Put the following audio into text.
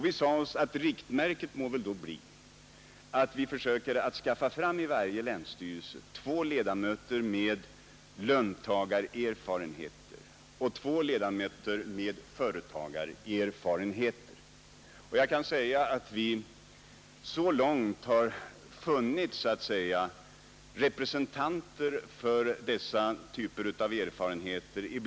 Vi sade oss att riktmärket må väl då bli att vi försöker att i varje länsstyrelse skaffa fram två ledamöter med löntagarerfarenheter och två ledamöter med företagarerfarenheter.